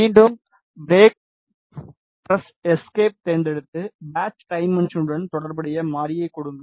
மீண்டும் break press எஸ்கேப்பைத் தேர்ந்தெடுத்து பேட்ச் டைமென்ஷனுடன் தொடர்புடைய மாறியைக் கொடுங்கள்